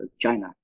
China